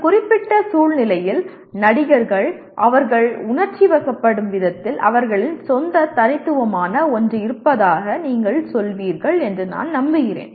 ஒரு குறிப்பிட்ட சூழ்நிலையில் நடிகர்கள் அவர்கள் உணர்ச்சிவசப்படும் விதத்தில் அவர்களின் சொந்த தனித்துவமான ஒன்று இருப்பதாக நீங்கள் சொல்வீர்கள் என்று நான் நம்புகிறேன்